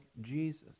Jesus